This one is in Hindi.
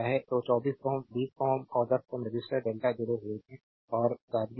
तो 24 Ω 20 Ω और 10 Ω रजिस्टर डेल्टा जुड़े हुए हैं और सादगी के लिए हैं